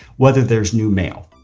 whether there's new mail.